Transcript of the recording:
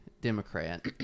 Democrat